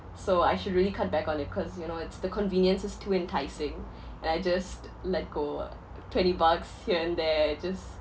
so I should really cut back on it cause you know it's the convenience it's too enticing and I just let go uh twenty bucks here and there just